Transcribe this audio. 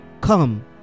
Come